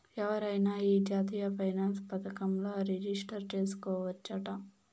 ఎవరైనా ఈ జాతీయ పెన్సన్ పదకంల రిజిస్టర్ చేసుకోవచ్చట